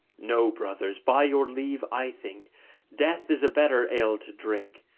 no, brothers, by your leave, i think death is a better ale to drink,